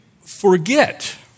forget